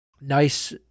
nice